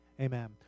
Amen